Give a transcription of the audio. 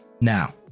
Now